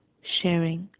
sharing,